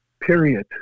period